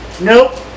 nope